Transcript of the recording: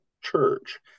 church